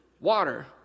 Water